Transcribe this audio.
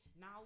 now